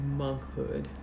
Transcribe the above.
monkhood